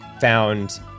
found